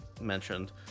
mentioned